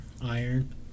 iron